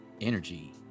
energy